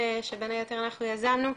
שבין היתר אנחנו יזמנו,